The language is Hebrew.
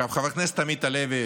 חבר הכנסת עמית הלוי,